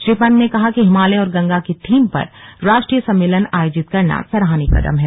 श्री पंत ने कहा कि हिमालय और गंगा की थीम पर राष्ट्रीय सम्मेलन आयोजित करना सराहनीय कदम है